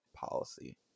policy